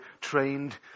trained